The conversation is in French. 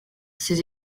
ses